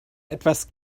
etwas